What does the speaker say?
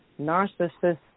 narcissist